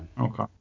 Okay